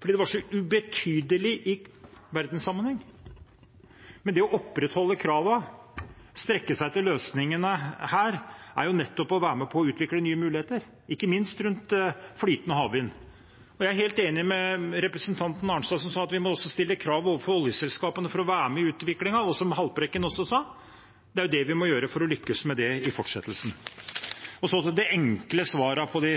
det er så ubetydelig i verdenssammenheng. Det å opprettholde kravene og strekke seg etter løsningene her, er nettopp å være med på å utvikle nye muligheter, ikke minst rundt flytende havvind. Jeg er helt enig med representanten Arnstad, som sa at vi også må stille krav overfor oljeselskapene for å være med i utviklingen. Representanten Haltbrekken sa også det. Det er det vi må gjøre for å lykkes med det i fortsettelsen. Så til de enkle svarene på de